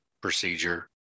procedure